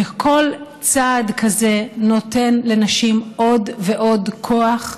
וכל צעד כזה נותן לנשים עוד ועוד כוח,